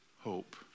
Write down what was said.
hope